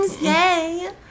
Yay